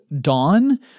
dawn